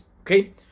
okay